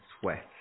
sweat